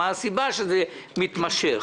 מה הסיבה שהם מתמשכים.